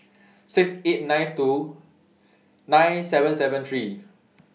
six eight nine two nine seven seven three